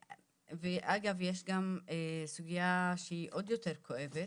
ואגב, יש גם סוגיה שהיא עוד יותר כואבת,